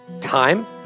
Time